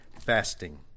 fasting